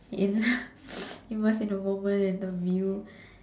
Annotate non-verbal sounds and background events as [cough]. in [laughs] immerse in the moment and the view